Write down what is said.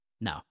No